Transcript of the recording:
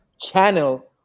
channel